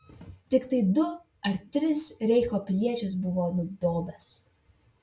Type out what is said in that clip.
tiktai du ar tris reicho piliečius buvo nudobęs